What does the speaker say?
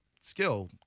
skill